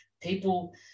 People